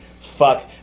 fuck